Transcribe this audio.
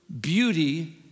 beauty